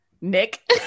Nick